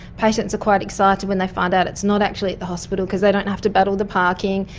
patients are quite excited when they find out it's not actually at the hospital because they don't have to battle the parking,